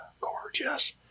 Gorgeous